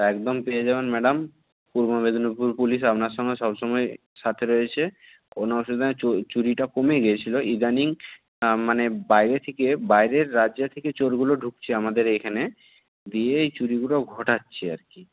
একদম পেয়ে যাবেন ম্যাডাম পূর্ব মেদিনীপুর পুলিশ আপনার সঙ্গে সবসময় সাথে রয়েছে কোনো অসুবিধা নেই চুরিটা কমে গিয়েছিল ইদানিং মানে বাইরে থেকে বাইরের রাজ্য থেকে চোরগুলো ঢুকছে আমাদের এখানে দিয়ে এই চুরিগুলো ঘটাচ্ছে আর কি